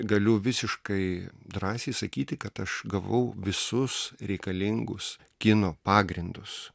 galiu visiškai drąsiai sakyti kad aš gavau visus reikalingus kino pagrindus